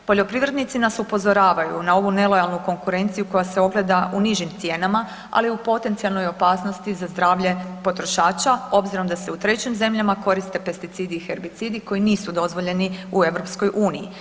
Poljoprivrednici nas upozoravaju na ovu nelojalnu konkurenciju koja se ogleda u nižim cijenama, ali u potencionalnoj opasnosti za zdravlje potrošača obzirom da se u trećim zemljama koriste pesticidi i herbicidi koji nisu dozvoljeni u EU.